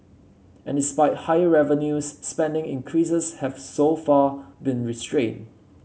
and despite higher revenues spending increases have so far been restrained